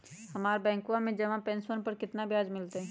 हम्मरा बैंकवा में जमा पैसवन पर कितना ब्याज मिलतय?